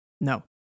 No